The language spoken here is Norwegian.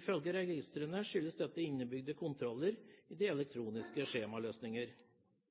Ifølge registrene skyldes dette innebygde kontroller i de